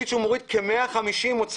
החליט שהוא מוריד כ-150 מוצרים,